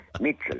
Mitchell